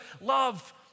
love